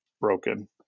broken